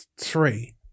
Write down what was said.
three